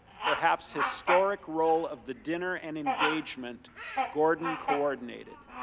perhaps historic role of the dinner and engagement gordon coordinated.